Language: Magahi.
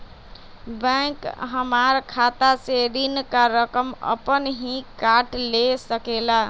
बैंक हमार खाता से ऋण का रकम अपन हीं काट ले सकेला?